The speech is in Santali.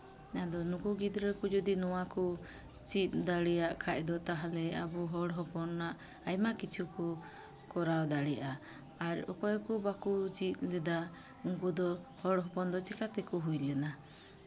ᱟᱫᱚ ᱱᱩᱠᱩ ᱜᱤᱫᱽᱨᱟᱹ ᱠᱚ ᱡᱩᱫᱤ ᱱᱚᱣᱟ ᱠᱚ ᱪᱮᱫ ᱫᱟᱲᱮᱭᱟᱜ ᱠᱷᱟᱡ ᱫᱚ ᱛᱟᱦᱚᱞᱮ ᱟᱵᱚ ᱦᱚᱲ ᱦᱚᱯᱚᱱᱟᱜ ᱟᱭᱢᱟ ᱠᱤᱪᱷᱩ ᱠᱚ ᱠᱚᱨᱟᱣ ᱫᱟᱲᱮᱭᱟᱜᱼᱟ ᱟᱨ ᱚᱠᱚᱭ ᱠᱚ ᱵᱟᱠᱚ ᱪᱮᱫ ᱞᱮᱫᱟ ᱩᱱᱠᱩ ᱫᱚ ᱦᱚᱲ ᱦᱚᱯᱚᱱ ᱫᱚ ᱪᱤᱠᱟᱹᱛᱮᱠᱚ ᱦᱩᱭ ᱞᱮᱱᱟ